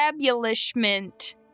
establishment